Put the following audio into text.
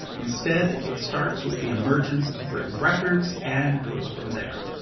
instead, it starts with the emergence of written records and goes from there.